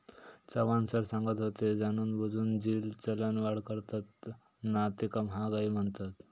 Chavan sir सांगत होते, जाणूनबुजून जी चलनवाढ करतत ना तीका महागाई म्हणतत